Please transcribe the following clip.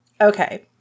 Okay